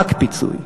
רק פיצוי.